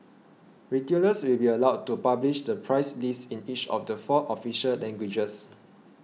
retailers will be allowed to publish the price list in each of the four official languages